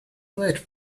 that